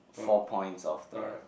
four points of the